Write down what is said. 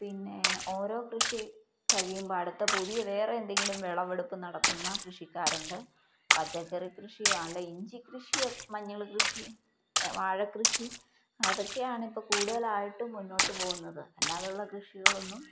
പിന്നെ ഓരോ കൃഷി കഴിയുമ്പോള് അടുത്ത പുതിയ വേറെ എന്തെങ്കിലും വിളവെടുപ്പു നടത്തുന്ന കൃഷിക്കാരുണ്ട് പച്ചക്കറി കൃഷിയോ അല്ലെങ്കില് ഇഞ്ചി കൃഷിയോ മഞ്ഞള് കൃഷി വാഴക്കൃഷി അതൊക്കെയാാണ് ഇപ്പോള് കൂടുതലായിട്ടും മുന്നോട്ടു പോകുന്നത് അല്ലാതെയുള്ള കൃഷികളൊന്നും